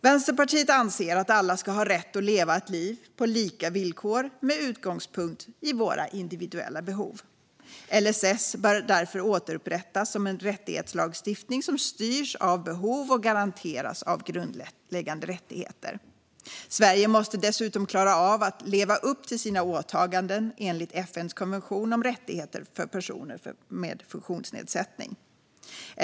Vänsterpartiet anser att alla ska ha rätt att leva ett liv på lika villkor med utgångspunkt i våra individuella behov. LSS bör därför återupprättas som en rättighetslagstiftning som styrs av behov och garanterar grundläggande rättigheter. Sverige måste dessutom klara av att leva upp till sina åtaganden enligt FN:s konvention om rättigheter för personer med funktionsnedsättning.